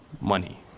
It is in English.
money